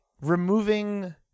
removing